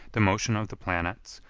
the motion of the planets,